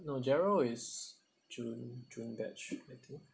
no gerald is june june batch I think